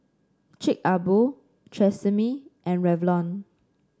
Chic A Boo Tresemme and Revlon